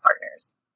partners